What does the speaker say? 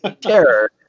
terror